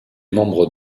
membre